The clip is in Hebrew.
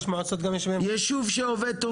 יישוב שעובד טוב,